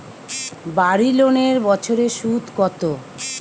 বাড়ি লোনের বছরে সুদ কত?